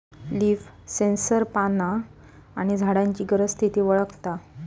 leaf sensor पाना आणि झाडांची गरज, स्थिती वळखता